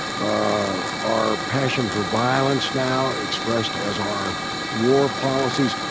ah our passion for violence now expressed as our war policies.